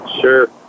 Sure